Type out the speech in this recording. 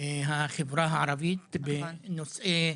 החברה הערבית בנושאי